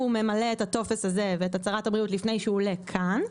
ממלא את הטופס הזה ואת הצהרת הבריאות לפני שהוא עולה מכאן,